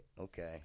Okay